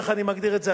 איך אני מגדיר את זה?